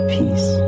peace